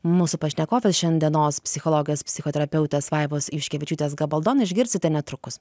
mūsų pašnekovės šiandienos psichologės psichoterapeutės vaivos juškevičiūtės gabaldon išgirsite netrukus